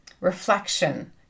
reflection